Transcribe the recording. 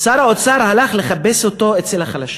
שר האוצר הלך לחפש אותו אצל החלשים.